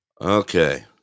okay